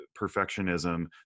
perfectionism